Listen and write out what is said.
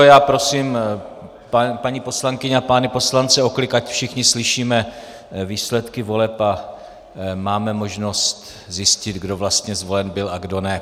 Já prosím paní poslankyně a pány poslance o klid, ať všichni slyšíme výsledky voleb a máme možnost zjistit, kdo vlastně zvolen byl a kdo ne.